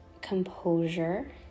composure